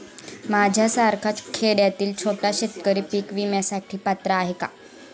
माझ्यासारखा खेड्यातील छोटा शेतकरी पीक विम्यासाठी पात्र आहे का?